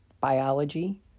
biology